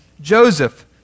Joseph